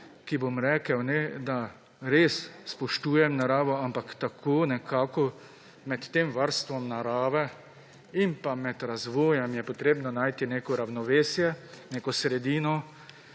ki bom rekel, da … Res spoštujem naravo, ampak tako nekako med tem varstvom narave in pa med razvojem je potrebno najti neko ravnovesje, neko sredino,